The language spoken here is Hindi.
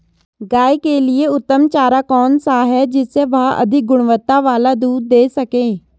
गाय के लिए उत्तम चारा कौन सा है जिससे वह अधिक गुणवत्ता वाला दूध दें सके?